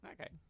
Okay